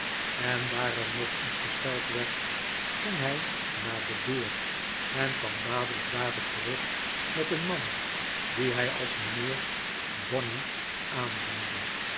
en daar er nog eens gescheld werd ging hij naar de deur en kwam dadelijk daarop terug met een man dien hij als mijnheer bonney aandiende